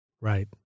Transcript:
Right